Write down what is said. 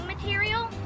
material